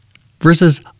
versus